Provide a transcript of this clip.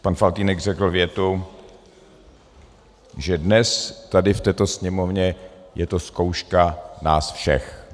Pan Faltýnek řekl větu, že dnes tady, v této Sněmovně, je to zkouška nás všech.